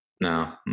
No